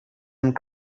and